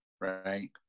right